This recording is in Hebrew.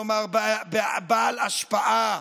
כלומר כבעל השפעה,